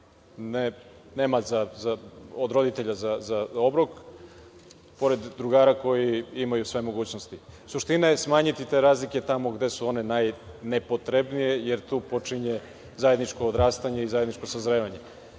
nema od roditelja za obrok, pored drugara koji imaju sve mogućnosti. Suština je smanjiti te razlike tamo gde su one najnepotrebnije, jer tu počinje zajedničko odrastanje i zajedničko sazrevanje,